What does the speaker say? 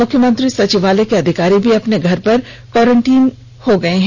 मुख्युमंत्री सचिवालय के अधिकारी भी अपने घर पर क्वारेन्टाइन हो गए हैं